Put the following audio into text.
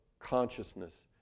consciousness